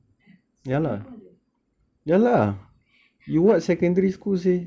eh secondary pun ada eh